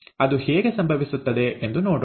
ಅದು ಹೇಗೆ ಸಂಭವಿಸುತ್ತದೆ ಎಂದು ನೋಡೋಣ